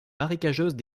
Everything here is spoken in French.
marécageuses